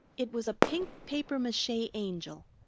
it was a pink papier-mache angel,